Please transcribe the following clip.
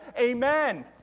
Amen